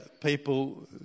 people